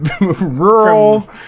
Rural